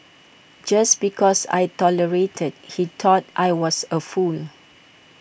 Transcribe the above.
just because I tolerated he thought I was A fool